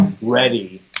ready